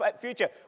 future